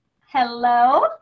Hello